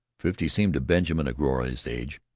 fifty seemed to benjamin a glorious age.